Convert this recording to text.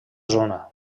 zona